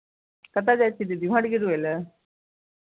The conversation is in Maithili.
कतय जाइ छियै दीदी भोट गिरबय लए